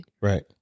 right